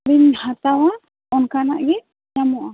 ᱵᱤᱱ ᱦᱟᱛᱟᱣᱟ ᱚᱱᱠᱟᱱᱟᱜ ᱜᱮ ᱧᱟᱢᱚᱜᱼᱟ